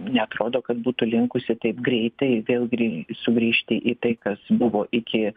neatrodo kad būtų linkusi taip greitai vėl grį sugrįžti į tai kas buvo iki